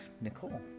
Nicole